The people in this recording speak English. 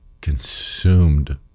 Consumed